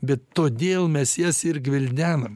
bet todėl mes jas ir gvildenam